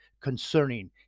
concerning